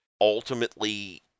ultimately